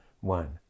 One